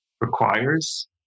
requires